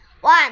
One